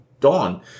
Dawn